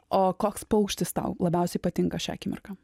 o koks paukštis tau labiausiai patinka šią akimirką